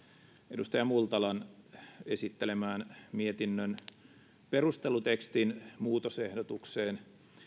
edustaja multalan esittelemään mietinnön perustelutekstin muutosehdotukseen